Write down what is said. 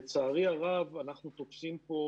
לצערי הרב, אנחנו תופסים פה